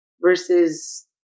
versus